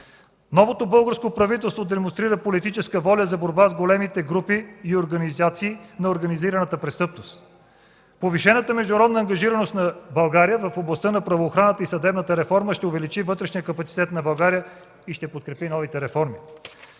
Новото българско правителство демонстрира политическа воля за борба с големите групи и организации на организираната престъпност. Повишената международна ангажираност на България в областта на правоохраната и съдебната реформа ще увеличи вътрешния капацитет на България и ще подкрепи новите реформи.”